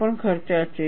તે પણ ખર્ચાળ છે